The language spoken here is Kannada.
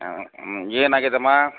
ಹಾಂ ಹ್ಞೂ ಏನಾಗಿದೆಯಮ್ಮ